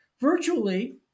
virtually